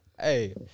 hey